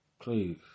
please